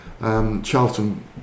Charlton